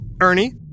Ernie